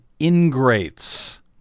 ingrates